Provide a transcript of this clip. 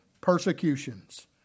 persecutions